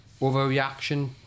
overreaction